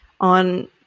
on